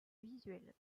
visuelle